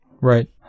Right